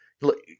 Look